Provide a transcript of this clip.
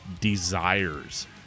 desires